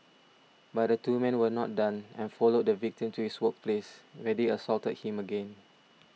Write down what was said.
but the two men were not done and followed the victim to his workplace where they assaulted him again